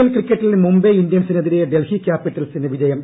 L ക്രിക്കറ്റിൽ മുംബൈ ഇന്ത്യൻസിനെതിരെ ഡൽഹി ക്യാപിറ്റൽസിന് വിജയം